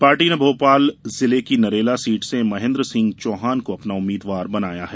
party ने भोपाल जिले की नरेला सीट से महेन्द्र सिंह चौहान को अपना उम्मीदवार बनाया है